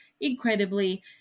incredibly